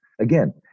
again